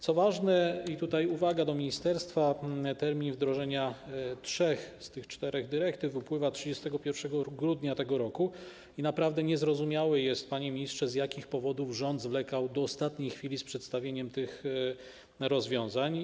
Co ważne, tutaj uwaga do ministerstwa, termin wdrożenia trzech z tych czterech dyrektyw upływa 31 grudnia tego roku i naprawdę niezrozumiałe jest, panie ministrze, z jakich powodów rząd zwlekał do ostatniej chwili z przedstawieniem tych rozwiązań.